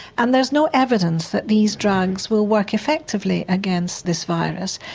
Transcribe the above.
and there's no evidence that these drugs will work effectively against this virus,